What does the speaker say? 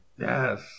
Yes